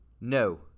No